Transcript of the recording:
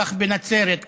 כך בנצרת,